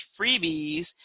freebies